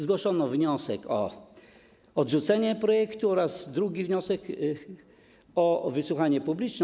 Zgłoszono wniosek o odrzucenie projektu oraz drugi wniosek o wysłuchanie publiczne.